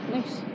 Nice